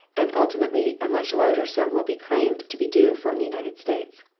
and ultimately a much larger sum will be claimed to be due from the united states.